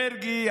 מרגי,